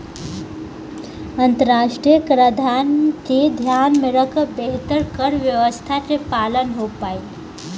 अंतरराष्ट्रीय कराधान के ध्यान में रखकर बेहतर कर व्यावस्था के पालन हो पाईल